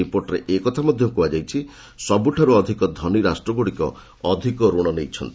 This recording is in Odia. ରିପୋର୍ଟରେ ଏ କଥା ମଧ୍ୟ କୁହାଯାଇଛି ସବୁଠାରୁ ଅଧିକ ଧନି ରାଷ୍ଟ୍ରଗୁଡ଼ିକ ଅଧିକ ଋଣ ନେଇଛନ୍ତି